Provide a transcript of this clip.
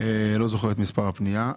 לא זוכר את מספר הפנייה,